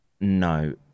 no